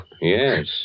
Yes